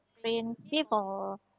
principle